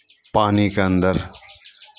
पानिके अन्दर